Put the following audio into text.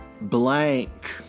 blank